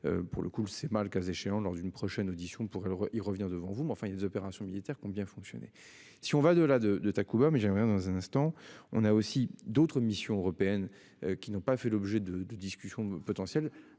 Pour le coup le c'est mal, le cas échéant lors d'une prochaine audition pourrait il revient devant vous mais enfin, il y des opérations militaires qui ont bien fonctionné. Si on va de la de de Takuba mais j'aimerais bien dans un instant, on a aussi d'autres missions européennes qui n'ont pas fait l'objet de discussions potentiel